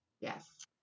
yes